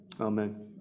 Amen